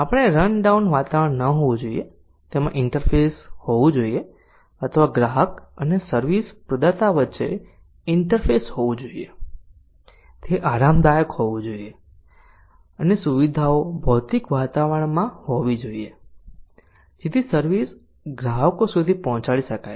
આપણે run down વાતાવરણ ન હોવું જોઈએ તેમાં ઇન્ટરફેસ હોવું જોઈએ અથવા ગ્રાહક અને સર્વિસ પ્રદાતા વચ્ચે ઇન્ટરફેસ હોવું જોઈએ તે આરામદાયક હોવું જોઈએ અને સુવિધાઓ ભૌતિક વાતાવરણમાં હોવી જોઈએ જેથી સર્વિસ ગ્રાહકો સુધી પહોચાડી શકાય છે